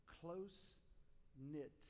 close-knit